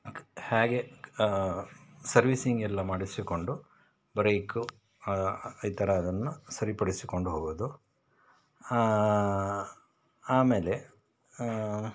ಹೇಗೆ ಸರ್ವಿಸಿಂಗ್ ಎಲ್ಲ ಮಾಡಿಸಿಕೊಂಡು ಬ್ರೇಕು ಈ ಥರದ್ದನ್ನ ಸರಿಪಡಿಸ್ಕೊಂಡು ಹೋಗೋದು ಆಮೇಲೆ